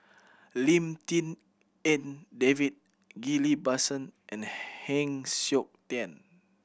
Lim Tik En David Ghillie Basan and Heng Siok Tian